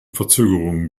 verzögerungen